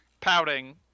pouting